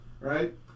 right